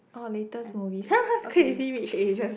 oh latest movies Crazy-Rich-Asians